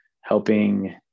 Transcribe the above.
helping